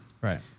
right